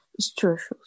structures